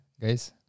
guys